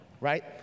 Right